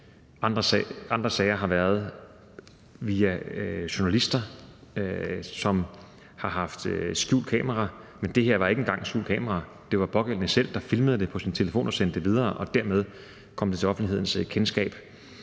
Andre sager er kommet frem via journalister, som har benyttet skjult kamera, men det her var ikke engang med skjult kamera – det var pågældende selv, der filmede det med sin telefon og sendte det videre, og dermed kom det til offentlighedens kendskab.